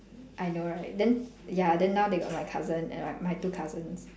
I know right then ya then now they got my cousin and like my two cousins